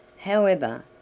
however,